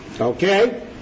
Okay